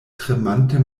tremante